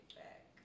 back